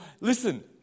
listen